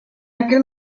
aquel